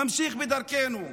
נמשיך בדרכנו.